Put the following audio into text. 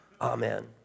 Amen